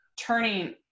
turning